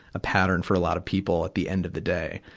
a pattern for a lot of people, at the end of the day.